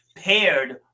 paired